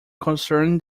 concerning